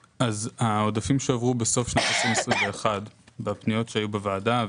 העודפים שהועברו בסוף 2021 בפניות שהיו בוועדה,